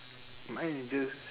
mine is just